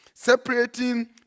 separating